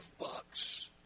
bucks